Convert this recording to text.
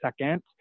second